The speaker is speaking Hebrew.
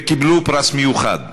וקיבלו פרס מיוחד.